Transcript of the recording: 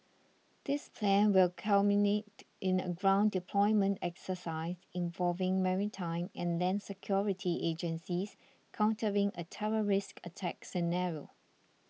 this plan will culminate in a ground deployment exercise involving maritime and land security agencies countering a terrorist attack scenario